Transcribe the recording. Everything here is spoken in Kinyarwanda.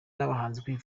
natwe